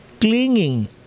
clinging